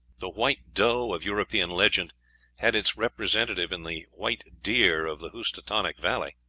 the white doe of european legend had its representative in the white deer of the housatonic valley,